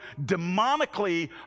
demonically